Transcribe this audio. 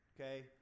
okay